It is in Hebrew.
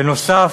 בנוסף,